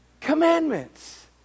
commandments